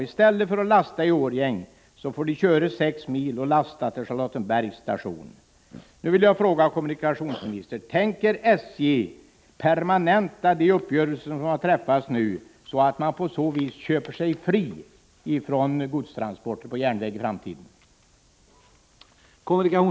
I stället för att lasta i Årjäng får de nu köra 6 mil och lasta vid Charlottenbergs station.